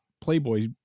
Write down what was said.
Playboy